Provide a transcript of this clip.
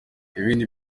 ibindi